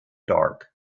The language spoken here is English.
dark